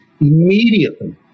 immediately